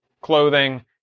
clothing